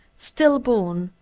stillborn,